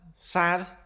Sad